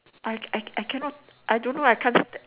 I I I cannot I don't know I can't step